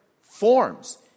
forms